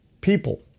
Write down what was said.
people